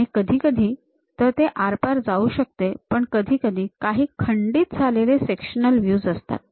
आणि कधी कधी तर ते आरपार जाऊ शकते पण कधी कधी काही खंडित झालेले सेक्शनल व्हयूज असतात